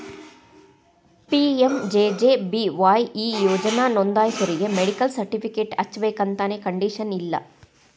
PMJJBY ಈ ಯೋಜನಾ ನೋಂದಾಸೋರಿಗಿ ಮೆಡಿಕಲ್ ಸರ್ಟಿಫಿಕೇಟ್ ಹಚ್ಚಬೇಕಂತೆನ್ ಕಂಡೇಶನ್ ಇಲ್ಲ